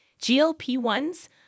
GLP-1s